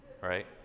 Right